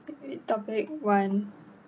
debate topic one